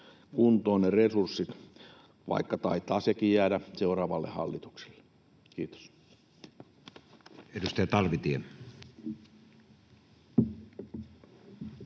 kuntoon ne resurssit, vaikka taitaa sekin jäädä seuraavalle hallitukselle. — Kiitos.